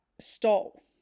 stole